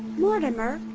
mortimer!